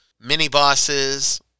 mini-bosses